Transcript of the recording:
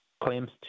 claims